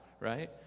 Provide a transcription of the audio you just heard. right